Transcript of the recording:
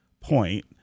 point